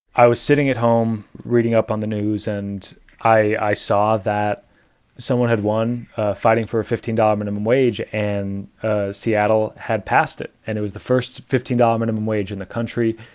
i was sitting at home, reading up on the news and i i saw that someone had won fighting for a fifteen dollars minimum wage and seattle had passed it and it was the first fifteen dollars minimum wage in the country.